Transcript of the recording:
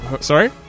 Sorry